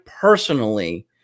personally